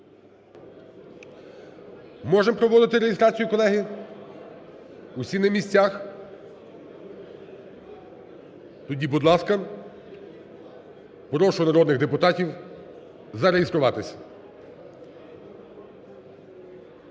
Можемо проводити реєстрацію, колеги? Усі на місцях? Тоді, будь ласка, прошу народних депутатів зареєструватись.